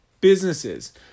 businesses